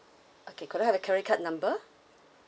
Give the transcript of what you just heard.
okay could I have your credit card number